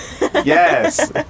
Yes